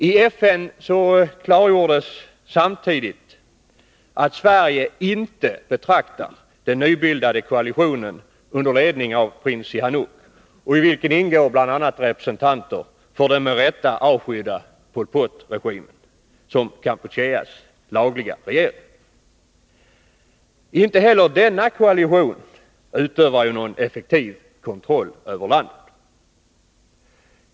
I FN-debatten klargjordes samtidigt att Sverige inte betraktar den nybildade koalitationen under ledning av prins Sihanouk — och i vilken ingår bl.a. representanter för den med rätta avskydda Pol Pot-regimen — såsom Kampucheas lagliga regering. Inte heller denna koalition utövar ju någon effektiv kontroll över landet.